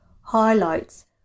highlights